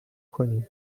کنین